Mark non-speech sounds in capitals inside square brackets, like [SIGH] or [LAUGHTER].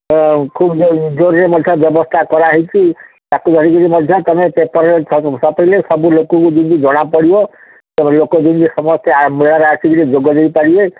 [UNINTELLIGIBLE] ମଧ୍ୟ ବ୍ୟବସ୍ଥା କରାହୋଇଛି ତାକୁ ଧରିକରି ମଧ୍ୟ ତୁମେ ପେପରରେ ଛପେଇଲେ ସବୁ ଲୋକଙ୍କୁ ଯେମିତି ଜଣାପଡ଼ିବ ଲୋକ ଯେମିତି ସମସ୍ତେ ମେଳାରେ ଆସିକିରି ଯୋଗ ଦେଇପାରିବେ